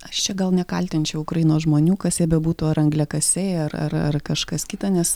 aš čia gal nekaltinčiau ukrainos žmonių kas jie bebūtų ar angliakasiai ar ar ar kažkas kita nes